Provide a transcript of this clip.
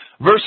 Verse